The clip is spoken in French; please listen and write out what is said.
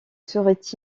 serait